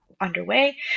underway